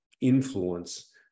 influence